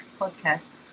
podcast